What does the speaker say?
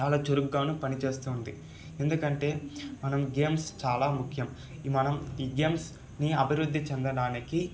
చాలా చురుగ్గా పనిచేస్తుంది ఎందుకంటే మనం గేమ్స్ చాలా ముఖ్యం ఈ మనం ఈ గేమ్స్ని అభివృద్ధి చెందడానికి